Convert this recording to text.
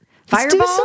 Fireball